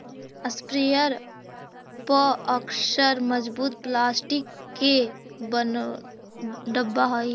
sprayer पअक्सर मजबूत plastic के बनल डब्बा हई